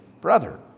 brother